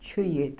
چھُ ییٚتہِ